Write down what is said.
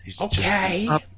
Okay